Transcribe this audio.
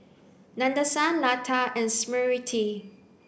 Nadesan Lata and Smriti